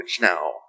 now